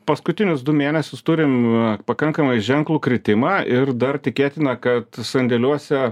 paskutinius du mėnesius turim pakankamai ženklų kritimą ir dar tikėtina kad sandėliuose